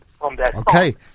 Okay